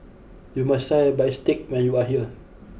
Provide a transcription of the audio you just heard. you must try Bistake when you are here